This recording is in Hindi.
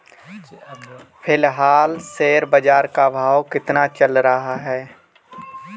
फिलहाल शेयर बाजार का भाव कितना चल रहा है?